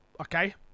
Okay